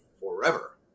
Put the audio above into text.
forever